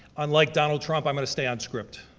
unlike donald trump, i'm gonna stay on script.